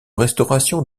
restauration